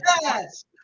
Yes